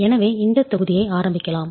எனவே இந்த தொகுதியை ஆரம்பிக்கலாம்